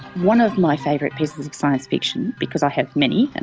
one of my favourite pieces of science fiction because i have many, and